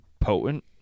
potent